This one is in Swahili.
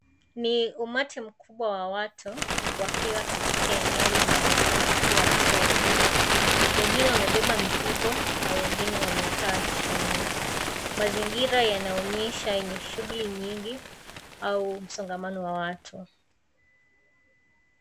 Ni umati mkubwa wa watu, wakiwa katika eneo linaonekana kuwa soko. Wengine wamebeba mizigo na wengine wamekaa chini. Mazingira yanaonyesha yenye shughuli nyingi au msongamano wa watu.